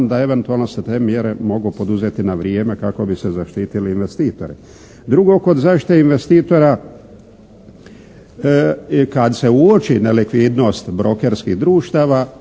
da eventualno se te mjere mogu poduzeti na vrijeme kako bi se zaštiti investitori. Drugo, kod zaštite investitora kad se uoči nelikvidnost brokerskih društava